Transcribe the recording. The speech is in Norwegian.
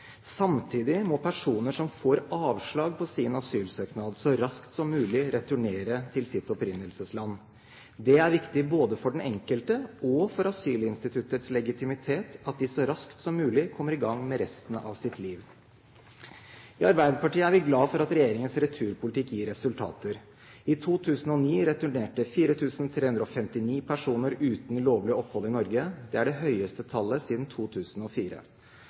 Samtidig må personer som får avslag på sin asylsøknad, så raskt som mulig returnere til sitt opprinnelsesland. Det er viktig både for den enkelte og for asylinstituttets legitimitet at de så raskt som mulig kommer i gang med resten av sitt liv. I Arbeiderpartiet er vi glad for at regjeringens returpolitikk gir resultater. I 2009 returnerte 4 359 personer uten lovlig opphold i Norge. Det er det høyeste tallet siden 2004.